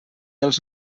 els